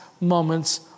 moments